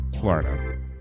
Florida